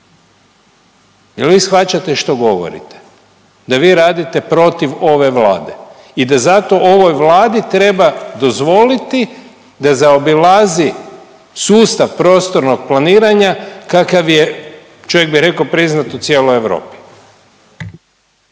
Jel vi shvaćate što govorite da vi radite protiv ove Vlade i da zato ovoj Vladi treba dozvoliti da zaobilazi sustav prostornog planiranja kakav je, čovjek bi rekao priznat u cijeloj Europi?